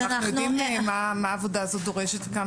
אנחנו יודעים מה העבודה הזאת דורשת וכמה